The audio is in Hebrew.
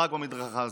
רק במדרכה הזאת.